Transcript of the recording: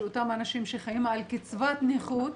שאותם אנשים שחיים על קצבת נכות,